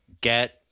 get